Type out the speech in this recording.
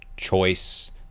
choice